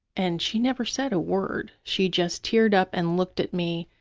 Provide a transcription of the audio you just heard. and she never said a word. she just teared up and looked at me,